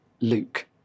Luke